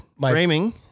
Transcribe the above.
Framing